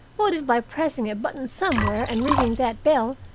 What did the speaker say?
what if by pressing a button somewhere and ringing that bell,